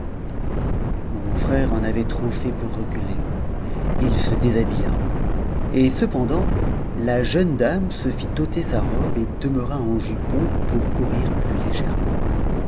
mon bon frère en avait trop fait pour reculer il se déshabilla et cependant la jeune dame se fit ôter sa robe et demeura en jupon pour courir plus légèrement